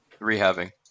rehabbing